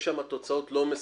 יש שם תוצאות לא מספקות.